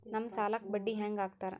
ನಮ್ ಸಾಲಕ್ ಬಡ್ಡಿ ಹ್ಯಾಂಗ ಹಾಕ್ತಾರ?